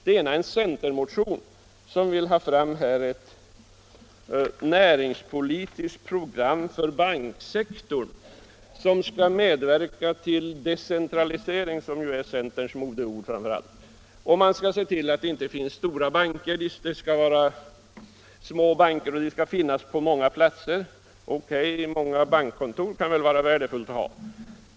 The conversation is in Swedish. En av dessa är en centermotion som yrkar på ett näringspolitiskt program för banksektorn, vilket skulle medverka till en decentralisering, som ju är centerns modeord framför andra. Vi skall se till att det inte finns några stora banker; det skall vara små banker som skall finnas på många platser. OK —- många bankkontor kan det väl vara värdefullt att ha!